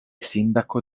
sindaco